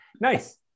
Nice